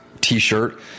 t-shirt